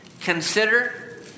Consider